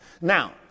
Now